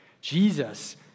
Jesus